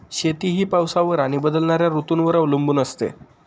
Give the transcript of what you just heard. शेती ही पावसावर आणि बदलणाऱ्या ऋतूंवर अवलंबून असते